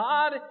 God